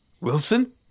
Wilson